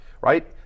Right